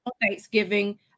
Thanksgiving